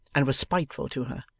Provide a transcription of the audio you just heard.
and was spiteful to her,